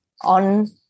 on